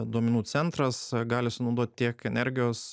duomenų centras gali sunaudot tiek energijos